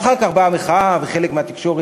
ואחר כך באה המחאה, וחלק מהתקשורת